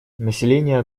население